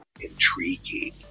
intriguing